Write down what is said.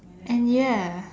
and ya